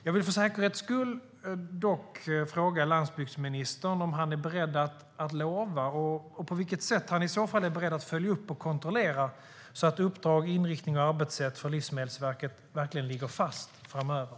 Jag vill för säkerhets skull fråga landsbygdsministern om han är beredd att lova och på vilket sätt han i så fall är beredd att följa upp och kontrollera att uppdrag, inriktning och arbetssätt för Livsmedelsverket verkligen ligger fast framöver.